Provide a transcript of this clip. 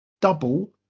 Double